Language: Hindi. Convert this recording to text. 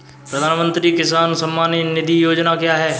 प्रधानमंत्री किसान सम्मान निधि योजना क्या है?